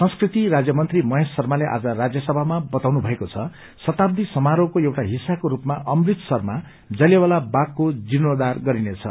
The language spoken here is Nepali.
संस्कृति राज्यमन्त्री महेश शर्माले आज राज्यसभामा बताउनु भएको छ शताब्दी समारोहको एउटा हिस्साको रूपमा अमृतसरमा जलियावाला बागको जीर्णेद्वार गरिनेछ